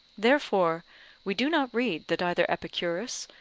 therefore we do not read that either epicurus,